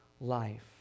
life